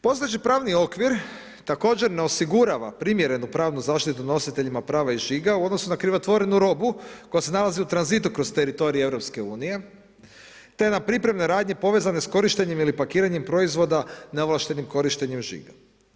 Postojeći pravni okvir također ne osigurava primjerenu pravnu zaštitu nositeljima prava i žiga u odnosu na krivotvorenu robu koja se nalazi u tranzitu kroz teritorij Europske unije, te na pripremne radnje povezane s korištenjem ili pakiranjem proizvoda neovlaštenim korištenjem žiga.